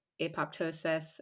apoptosis